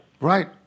right